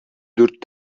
дүрт